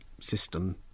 system